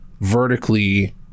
vertically